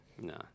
No